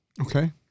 Okay